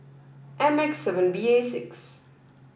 M X seven B A six